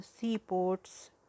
seaports